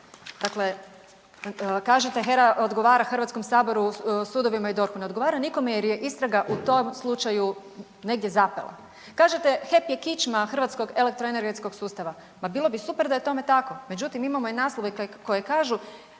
Dakle, kažete HERA odgovara HS, sudovima i DORH-u. Ne odgovara nikome jer je istraga u tom slučaju negdje zapela. Kažete, HEP je kičma hrvatskog elektroenergetskog sustava. Pa bilo bi super da je tome tako. Međutim, imamo i naslove koji kažu,